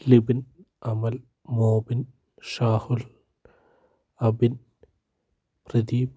Libin Amal Mobin Shahul Abin Pradeep